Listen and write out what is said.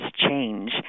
change